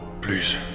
please